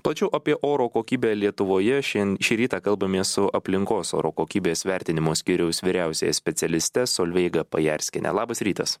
plačiau apie oro kokybę lietuvoje šian šį rytą kalbamės su aplinkos oro kokybės vertinimo skyriaus vyriausiąja specialiste solveiga pajarskiene labas rytas